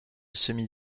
semis